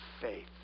faith